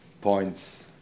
points